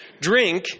drink